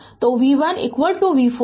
तो v1 v 4 50 volt